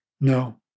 No